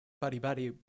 buddy-buddy